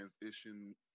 transition